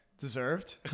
Deserved